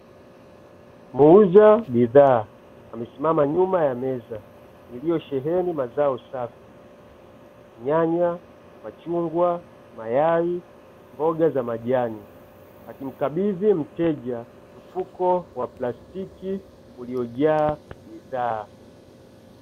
Muuza bidhaa amesimama nyuma ya meza, iliyosheheni mazao safi; nyanya, machungwa, mayai, mboga za majani; akimkabidhi mteja mfuko wa plastiki uliojaa bidhaa.